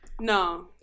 No